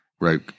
Right